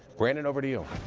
brandon, over to you.